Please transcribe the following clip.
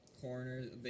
corners